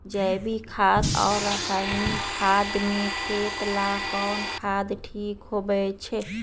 जैविक खाद और रासायनिक खाद में खेत ला कौन खाद ठीक होवैछे?